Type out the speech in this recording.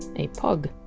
a pug.